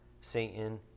Satan